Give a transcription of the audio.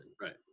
right